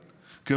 שרים,